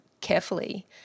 carefully